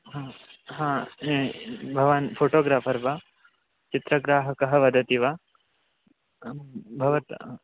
हा हा भवान् फ़ोटोग्राफ़र् वा चित्रग्राहकः वदति वा भवान्